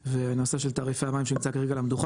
ונושא של תעריפי המים שנמצא כרגע על המדוכה,